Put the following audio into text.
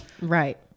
right